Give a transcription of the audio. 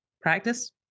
Practice